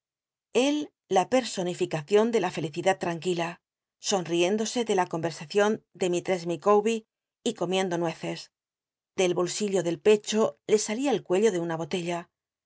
él la personilicacion de la felicidad h mquila sonriéndose con la cowei'sucion de mishess micawbe y comiendo nueces del bolsillo del pecho le salia el c uello de una botella